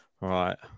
Right